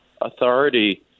authority